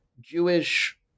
Jewish